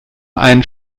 ein